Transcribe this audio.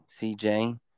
CJ –